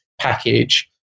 package